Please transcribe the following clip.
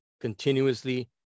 continuously